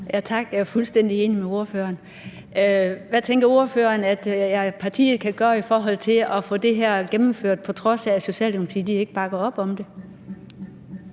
Tak. Jeg er fuldstændig enig med ordføreren. Hvad tænker ordføreren at hendes parti kan gøre i forhold til at få det her gennemført, på trods af at Socialdemokratiet ikke bakker op om det?